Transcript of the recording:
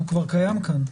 הוא כבר קיים כאן.